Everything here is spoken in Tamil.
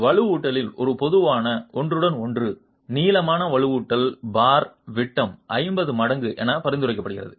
வலுவூட்டலின் ஒரு பொதுவான ஒன்றுடன் ஒன்று நீளமான வலுவூட்டல் பார் விட்டம் 50 மடங்கு என பரிந்துரைக்கப்படுகிறது